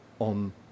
on